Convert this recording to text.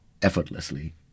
effortlessly